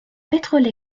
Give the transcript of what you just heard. pétrole